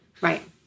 right